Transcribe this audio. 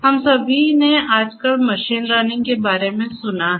हम सभी ने आजकल मशीन लर्निंग के बारे में सुना है